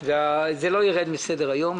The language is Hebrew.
זה לא ירד מסדר היום.